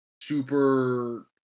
super